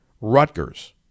Rutgers